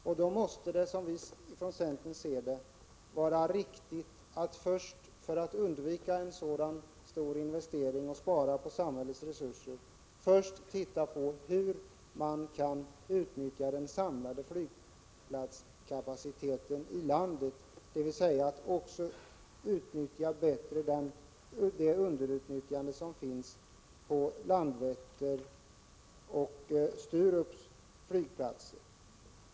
För att undvika en sådan stor investering och därmed spara på samhällets resurser måste det, som vi från centern ser det, vara riktigt att först titta på hur man kan utnyttja den samlade flygplatskapaciteten i landet, dvs. att också bättre utnyttja den kapacitet som finns på Landvetters och Sturups flygplatser, som i dag är underutnyttjade.